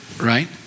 Right